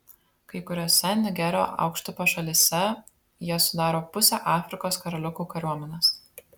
kai kuriose nigerio aukštupio šalyse jie sudaro pusę afrikos karaliukų kariuomenės